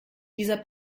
dieser